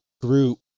group